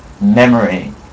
memory